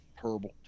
Terrible